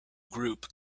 group